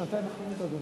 בשנתיים האחרונות, אדוני.